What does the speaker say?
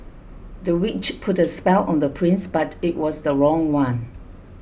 the witch put a spell on the prince but it was the wrong one